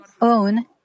own